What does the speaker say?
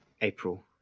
April